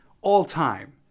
all-time